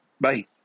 Bye